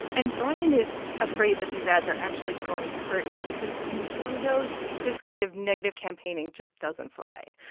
and brian is afraid that these ads are actually going to hurt him because in blue hill this kind of negative campaigning just doesn't fly.